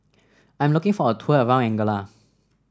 I am looking for a tour around Angola